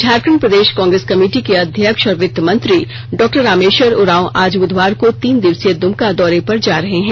झारखंड प्रदेश कांग्रेस कमेटी के अध्यक्ष और वित्तमंत्री डॉ रामेश्वर उरांव आज तीन दिवसीय दुमका दौरे पर जा रहे है